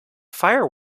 fire